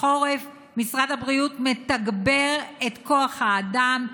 בחורף משרד הבריאות מתגבר את כוח האדם,